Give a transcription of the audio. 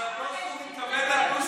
עם המטוס